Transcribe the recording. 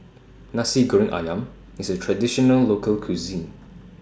Nasi Goreng Ayam IS A Traditional Local Cuisine